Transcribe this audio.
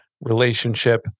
relationship